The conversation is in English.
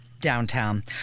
downtown